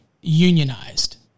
unionized